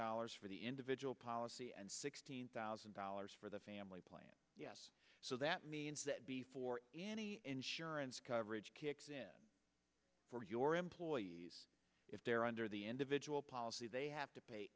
dollars for the individual policy and sixteen thousand dollars for the family plan yes so that means that before any insurance coverage kicks in for your employees if they're under the individual policy they have to pay